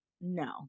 no